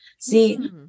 See